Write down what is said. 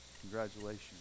congratulations